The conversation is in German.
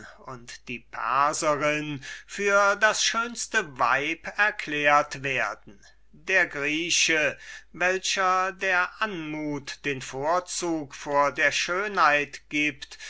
und die perserin für das schönste weib erklärt werden der grieche welcher der anmut den vorzug vor der schönheit gibt